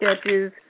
sketches